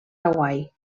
hawaii